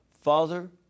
Father